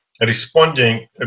responding